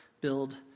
build